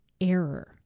error